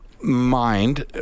mind